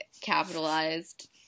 capitalized